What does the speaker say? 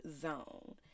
zone